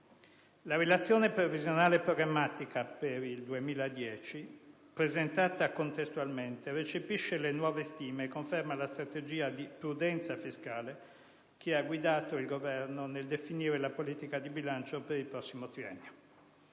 La Relazione previsionale e programmatica per il 2010, presentata contestualmente, recepisce le nuove stime e conferma la strategia di prudenza fiscale che ha guidato il Governo nel definire la politica di bilancio per il prossimo triennio.